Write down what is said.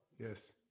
yes